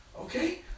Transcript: Okay